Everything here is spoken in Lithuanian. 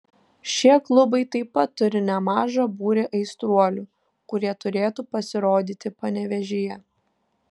šie klubai taip pat turi nemažą būrį aistruolių kurie turėtų pasirodyti panevėžyje